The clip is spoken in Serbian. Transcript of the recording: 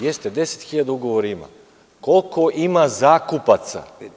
Jeste, 10.000 ugovora ima, ali koliko ima zakupaca?